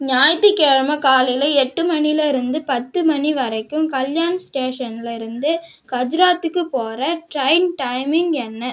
ஞாயிற்று கிழமை காலை எட்டு மணியில் இருந்து பத்து மணி வரைக்கும் கல்யாண் ஸ்டேஷனில் இருந்து கஜ்ராத்துக்குப் போகிற டிரெயின் டைமிங்ஸ் என்ன